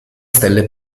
stelle